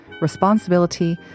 responsibility